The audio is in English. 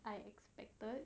I expected